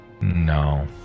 No